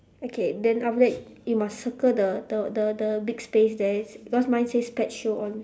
okay then after that you must circle the the the the big space there cause mine says pet show on